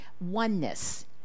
oneness